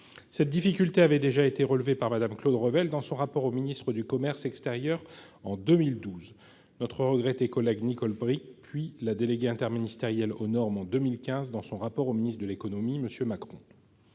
Cette difficulté avait déjà été relevée par Mme Claude Revel en 2012 dans son rapport au ministre du commerce extérieur, notre regrettée collègue Nicole Bricq, puis par la déléguée interministérielle aux normes en 2015 dans son rapport au ministre de l'économie, alors